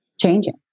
changing